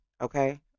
Okay